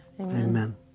Amen